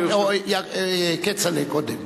כצל'ה קודם.